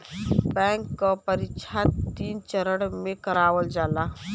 bank क परीक्षा तीन चरण में करावल जाला